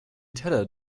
teller